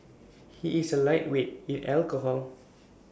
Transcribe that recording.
he is A lightweight in alcohol